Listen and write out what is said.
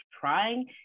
trying